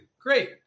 Great